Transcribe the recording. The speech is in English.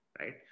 Right